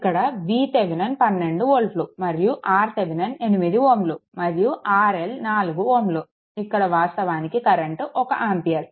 ఇక్కడ VThevenin 12 వోల్ట్లు మరియు RThevenin 8 Ω మరియు RL 4 Ω ఇక్కడ వాస్తవానికి కరెంట్ 1 ఆంపియర్